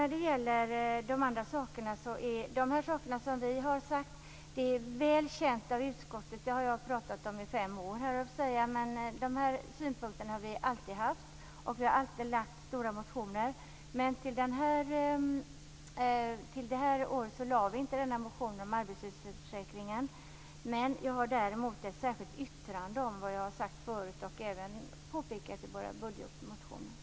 När det gäller de andra sakerna är det som vi har sagt väl känt av utskottet. Detta har jag pratat om i fem år. Dessa synpunkter har vi alltid haft. Vi har alltid väckt stora motioner om detta. Men det här året väckte vi inte motionen om arbetslöshetsförsäkringen. Jag har däremot ett särskilt yttrande om det som jag har sagt förut och även påpekat i våra budgetmotioner.